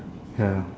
ya